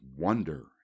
wonder